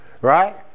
right